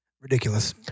Ridiculous